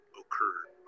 occurred